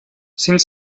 sind